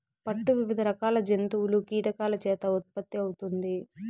పట్టు వివిధ రకాల జంతువులు, కీటకాల చేత ఉత్పత్తి అవుతుంది